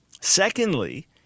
Secondly